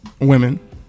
women